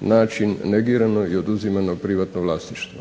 način negirano i oduzimano privatno vlasništvo.